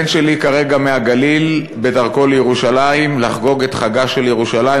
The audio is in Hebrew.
הבן שלי כרגע בדרכו מהגליל לירושלים לחגוג את חגה של ירושלים,